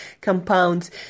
compounds